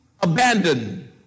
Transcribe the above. abandoned